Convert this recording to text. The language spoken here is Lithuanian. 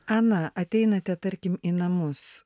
ana ateinate tarkim į namus